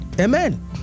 amen